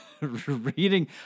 reading